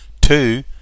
Two